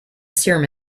serum